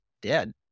dead